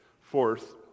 Fourth